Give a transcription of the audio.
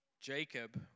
Jacob